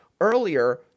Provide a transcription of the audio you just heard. earlier